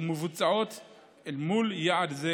ואל מול יעד זה